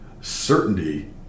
certainty